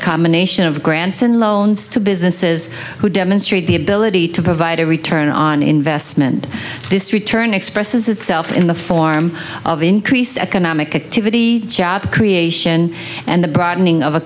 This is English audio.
combination of grants and loans to businesses who demonstrate the ability to provide a return on investment this return expresses itself in the form of increased economic activity job creation and the broadening of a